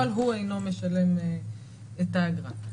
בפועל הוא אינו משלם את האגרה.